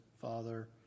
Father